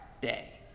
day